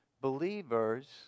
believers